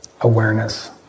awareness